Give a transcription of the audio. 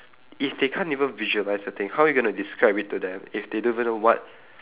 if they can't even visualise the thing how are going to describe it to them if they don't even know what